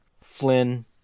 Flynn